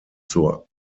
zur